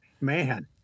man